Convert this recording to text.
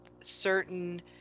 certain